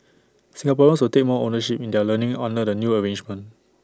Singaporeans will take more ownership in their learning under the new arrangement